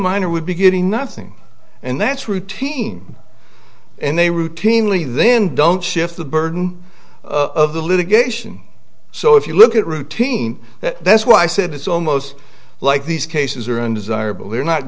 minor would be getting nothing and that's routine and they routinely then don't shift the burden of the litigation so if you look at routine that's why i said it's almost like these cases are undesirable they're not